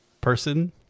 person